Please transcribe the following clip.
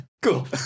Cool